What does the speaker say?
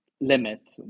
limit